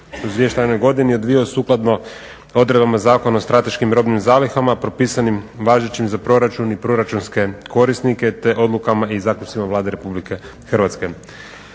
u izvještajnoj godini odvija sukladno odredbama Zakona o strateškim robnim zalihama propisanim važećim za proračun i proračunske korisnike te odlukama i zapisima Vlade RH.